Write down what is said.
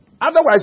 Otherwise